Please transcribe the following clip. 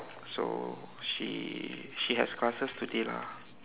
so she she has classes today lah